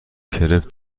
کرپ